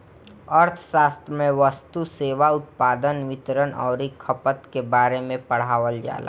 अर्थशास्त्र में वस्तु, सेवा, उत्पादन, वितरण अउरी खपत के बारे में पढ़ावल जाला